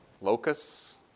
locusts